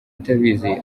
atabizi